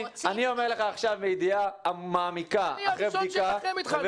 אני אומר לך עכשיו מידיעה מעמיקה אחרי בדיקה,